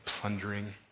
plundering